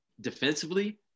defensively